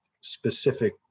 specific